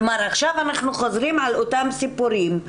עכשיו אנחנו חוזרים על אותם סיפורים.